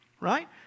right